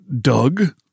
Doug